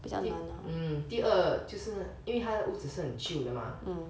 第 mm 第二就是因为他的屋子是很久的嘛